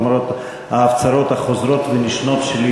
למרות ההפצרות החוזרות ונשנות שלי,